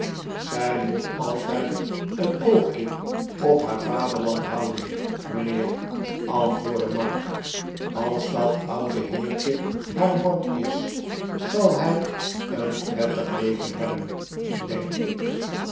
zij moet altijd een oogje op haar vaderland houden mijnheer antwoordde mark als dat oude heertje haar man is zal hij een prettig leven hebben denk ik